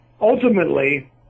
ultimately